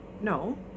No